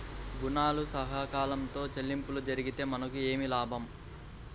ఋణాలు సకాలంలో చెల్లింపు జరిగితే మనకు ఏమి లాభం?